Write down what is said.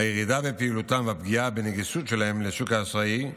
הירידה בפעילותם והפגיעה בנגישות של שוק האשראי,